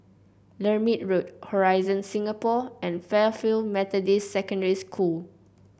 Lermit Road Horizon Singapore and Fairfield Methodist Secondary School